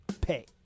pay